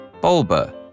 Bulba